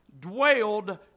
dwelled